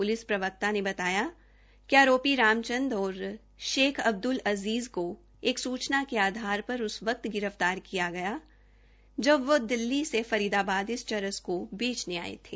police प्रवक्ता आदर्श दीप सिंह ने बताया कि आरोपी रामचंद और शेख अब्दल अजीज को एक सूचना के आधार पर उस वक़्त गिरफतार किया जब वह दिल्ली से फरीदाबाद इस चरस को बेचने आये थे